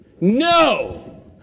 No